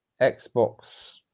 Xbox